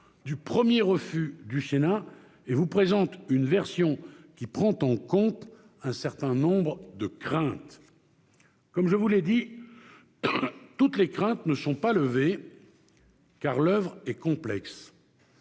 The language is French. du premier refus du Sénat et vous présente une version prenant en compte un certain nombre de craintes. Comme je vous l'ai dit, toutes les craintes ne sont pas levées, car l'oeuvre est complexe.